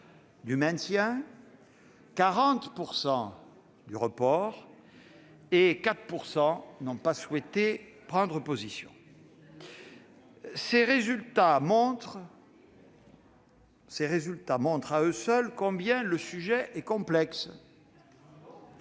du maintien, 40 % en faveur du report et 4 % n'ont pas souhaité prendre position. Ces résultats montrent à eux seuls combien le sujet est complexe-